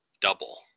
double